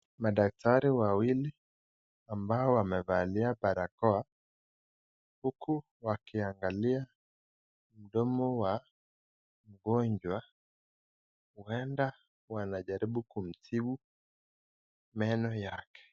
Madaktari wawili ambao wamevalia barakoa huku wakiangalia mdomo wa mgonjwa, huenda wanajaribu kumtibu meno yake.